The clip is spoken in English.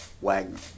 Wagner